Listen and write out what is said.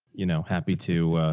you know, happy to, ah,